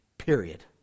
Period